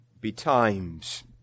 betimes